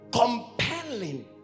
Compelling